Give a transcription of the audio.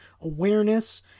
awareness